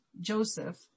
Joseph